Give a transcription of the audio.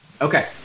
Okay